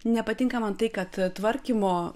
nepatinka man tai kad tvarkymo